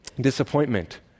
disappointment